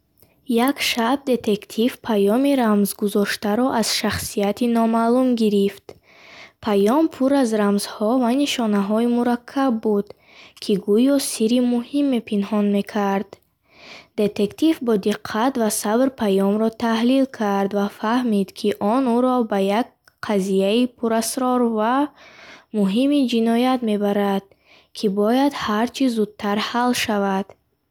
Як шаб детектив паёми рамзгузошташударо аз шахсияти номаълум гирифт. Паём пур аз рамзҳо ва нишонаҳои мураккаб буд, ки гӯё сирри муҳиме пинҳон мекард. Детектив бо диққат ва сабр паёмро таҳлил кард ва фаҳмид, ки он ӯро ба як қазияи пурасрор ва муҳими ҷиноят мебарад, ки бояд ҳарчи зудтар ҳал шавад.